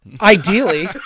Ideally